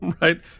Right